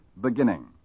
beginning